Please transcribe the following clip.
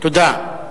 תודה.